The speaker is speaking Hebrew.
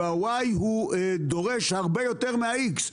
וה-Y דורש הרבה יותר מה-X.